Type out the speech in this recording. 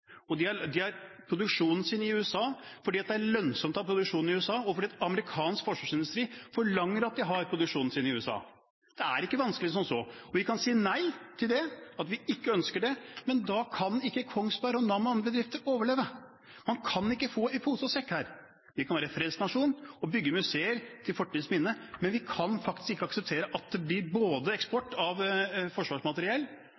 De har produksjonen sin i USA fordi det er lønnsomt å ha produksjon i USA og fordi amerikansk forsvarsindustri forlanger at de har produksjonen sin i USA. Det er ikke vanskeligere enn som så. Og vi kan si nei til det, si at vi ikke ønsker det, men da kan ikke Kongsberg og Nammo og andre bedrifter overleve. Her kan man ikke få i både pose og sekk. Vi kan være en fredsnasjon og bygge museer til fortidens minne, men vi kan faktisk ikke akseptere at det både blir